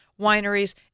wineries